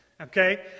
Okay